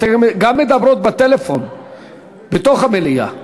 אתן גם מדברות בטלפון בתוך המליאה.